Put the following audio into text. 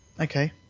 Okay